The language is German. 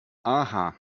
aha